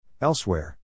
Elsewhere